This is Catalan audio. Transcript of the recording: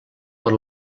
per